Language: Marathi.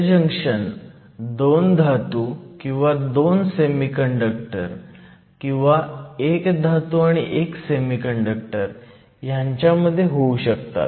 हे जंक्शन 2 धातू किंवा 2 सेमीकंडक्टर किंवा 1 धातू आणि 1 सेमीकंडक्टर ह्यांच्यामध्ये होऊ शकतात